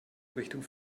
richtung